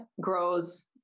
grows